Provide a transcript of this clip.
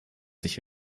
sich